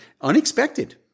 unexpected